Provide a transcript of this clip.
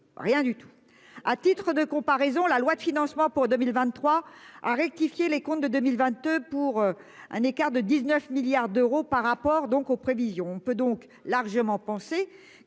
rien du tout. À titre de comparaison, la loi de financement pour 2023 à rectifier les comptes de 2022 pour un écart de 19 milliards d'euros par rapport donc aux prévisions. On peut donc largement penser